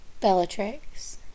Bellatrix